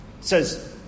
says